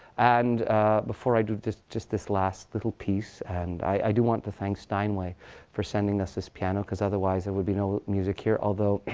and before i do just just this last little piece and i do want to thank steinway for sending us this piano. because otherwise, there would be no music here. although,